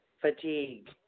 FATIGUE